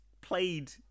played